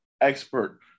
expert